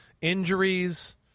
injuries